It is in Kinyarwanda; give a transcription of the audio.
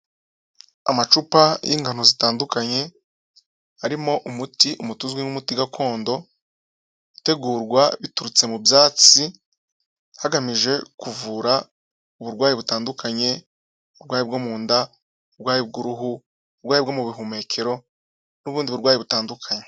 Amacupa y'ingano zitandukanye arimo umuti, umuti uzwi nk'umuti gakondo utegurwa biturutse mu byatsi hagamijwe kuvura uburwayi butandukanye, uburwayi bwo mu nda, uburwayi bwo mu buhumekero, n'ubundi burwayi butandukanye.